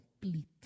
complete